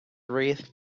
wreath